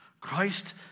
Christ